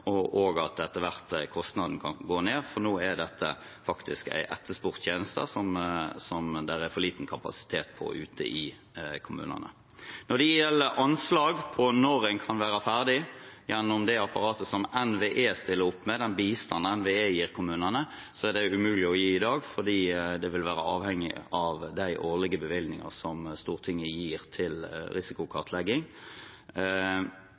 og også at kostnaden etter hvert kan gå ned, for nå er dette faktisk en etterspurt tjeneste det er for liten kapasitet på ute i kommunene. Når det gjelder anslag for når en kan være ferdig gjennom det apparatet NVE stiller opp med, den bistanden NVE gir kommunene, så er det umulig å gi i dag, fordi det vil være avhengig av de årlige bevilgninger Stortinget gir til